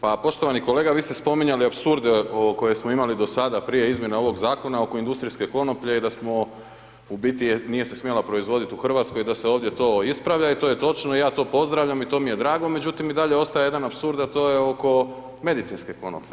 Pa poštovani kolega, vi ste spominjali apsurde koje smo imali do sada prije izmjene ovog zakona oko industrijske konoplje i da smo, u biti nije se smjela proizvoditi u Hrvatskoj i da se ovdje to ispravlja i to je točno i ja to pozdravljam i to mi je drago, međutim i dalje ostaje jedan apsurd a to je oko medicinske konoplje.